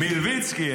מלביצקי,